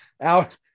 Out